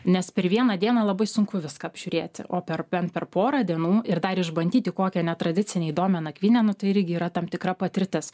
nes per vieną dieną labai sunku viską apžiūrėti o per bent per porą dienų ir dar išbandyti kokią netradicinę įdomią nakvynę nu tai irgi yra tam tikra patirtis